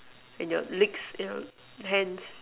and your legs you know hands